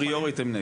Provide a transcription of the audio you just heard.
אפריורית הם נגד.